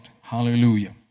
Hallelujah